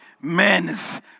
men's